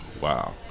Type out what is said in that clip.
Wow